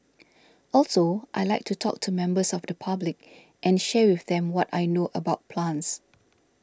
also I like to talk to members of the public and share with them what I know about plants